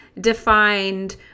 defined